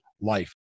life